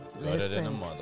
listen